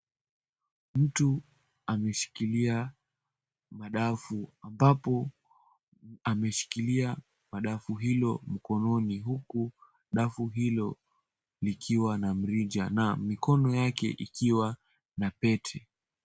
Mtu ameshikilia madafu. Ambapo ameshikilia madafu hilo mkononi huku dafu hilo likiwa na mrija na mikono yake ikiwa na pete.